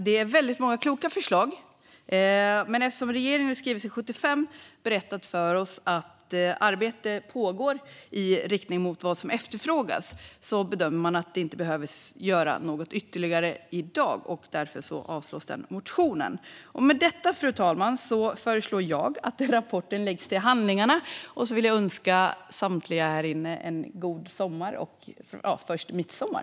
Det är väldigt många kloka förslag, men eftersom regeringen i skrivelse 75 berättat för oss att arbete pågår i riktning mot vad som efterfrågas bedömer man att det inte behöver göras något ytterligare i dag. Därför avslås motionen. Med detta, fru talman, föreslår jag att rapporten läggs till handlingarna. Jag vill önska samtliga här inne en glad midsommar och en fortsatt glad sommar!